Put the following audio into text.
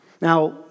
Now